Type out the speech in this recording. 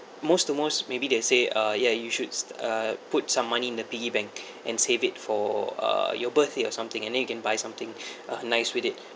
most the most maybe they say uh ya you should s~ uh put some money in the piggy bank and save it for uh your birthday or something and then you can buy something nice with it